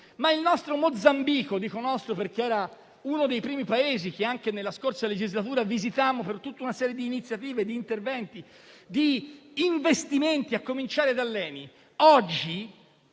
dico "nostro" perché era uno dei primi Paesi che, anche nella scorsa legislatura, visitammo per tutta una serie di iniziative, di interventi e di investimenti, a cominciare dall'ENI - oggi